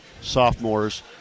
sophomores